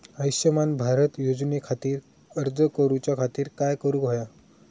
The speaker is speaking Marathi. आयुष्यमान भारत योजने खातिर अर्ज करूच्या खातिर काय करुक होया?